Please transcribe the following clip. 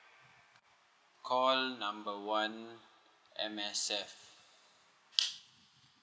call number one M_S_F